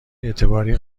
اعتباری